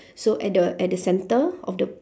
so at the at the centre of the